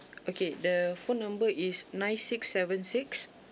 okay the phone number is nine six seven six